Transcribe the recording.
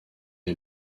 est